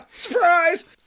Surprise